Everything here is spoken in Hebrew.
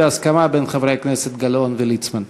בהסכמה בין חברי הכנסת גלאון וליצמן.